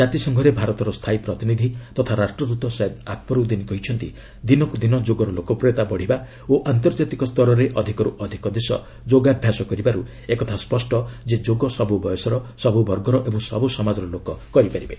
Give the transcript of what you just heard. ଜାତିସଂଘରେ ଭାରତର ସ୍ଥାୟୀ ପ୍ରତିନିଧି ତଥା ରାଷ୍ଟ୍ରଦୃତ ସୟଦ୍ ଆକବରୁଦ୍ଦିନ୍ କହିଛନ୍ତି ଦିନକୁ ଦିନ ଯୋଗର ଲୋକପ୍ରିୟତା ବଢ଼ିବା ଓ ଆନ୍ତର୍ଜାତିକ ସ୍ତରରେ ଅଧିକରୁ ଅଧିକ ଦେଶ ଯୋଗାଭ୍ୟାସ କରିବାରୁ ଏକଥା ସ୍ୱଷ୍ଟ ଯେ ଯୋଗ ସବୁ ବୟସର ସବ୍ ବର୍ଗର ଏବଂ ସବ୍ ସମାଜର ଲୋକ ପରିପାରିବେ